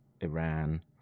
Iran